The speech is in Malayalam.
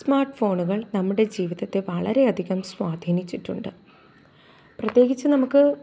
സ്മാർട്ട് ഫോണുകൾ നമ്മുടെ ജീവിതത്തെ വളരെയധികം സ്വാധീനിച്ചിട്ടുണ്ട് പ്രിത്യേകിച്ച് നമുക്ക്